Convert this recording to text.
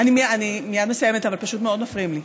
אני מייד מסיימת, פשוט מאוד מפריעים לי.